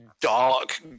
dark